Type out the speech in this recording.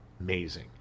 amazing